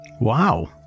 Wow